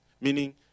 meaning